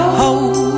hold